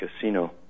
casino